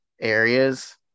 Areas